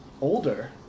older